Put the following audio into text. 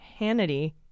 Hannity